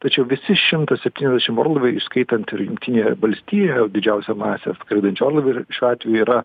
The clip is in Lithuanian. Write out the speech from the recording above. tačiau visi šimtas septyniasdešimt orlaiviai įskaitant ir jungtinėje valstijoje didžiausią masę skraidančių orlaivių ir šiuo atveju yra